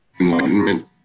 enlightenment